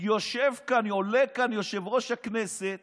יושב כאן, עולה לכאן יושב-ראש הכנסת